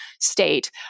state